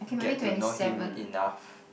get to know him enough